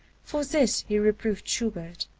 for this he reproved schubert.